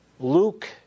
Luke